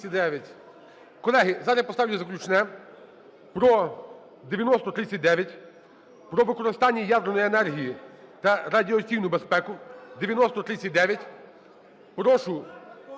Колеги, зараз я поставлю заключне про… 9039. "Про використання ядерної енергії та радіаційну безпеку" (9039).